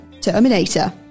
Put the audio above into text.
Terminator